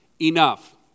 enough